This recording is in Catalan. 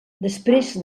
després